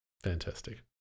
Fantastic